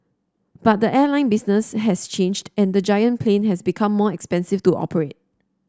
but the airline business has changed and the giant plane has become more expensive to operate